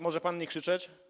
Może pan nie krzyczeć?